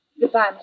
Goodbye